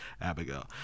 Abigail